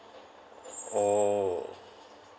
oh